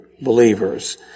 believers